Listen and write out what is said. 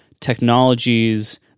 technologies